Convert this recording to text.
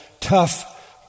tough